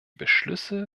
beschlüsse